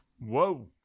Whoa